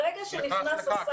ברגע שנכנס השר ביטון --- סליחה,